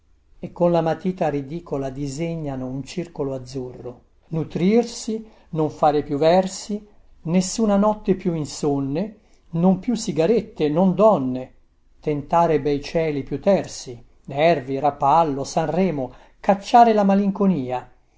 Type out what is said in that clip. e con la matita ridicola disegnano un circolo azzurro nutrirsi non fare più versi nessuna notte più insonne non più sigarette non donne tentare bei cieli più tersi nervi rapallo san remo cacciare la malinconia